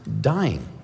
dying